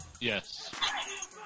Yes